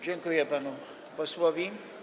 Dziękuję panu posłowi.